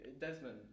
Desmond